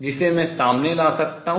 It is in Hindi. जिसे मैं सामने ला सकता हूँ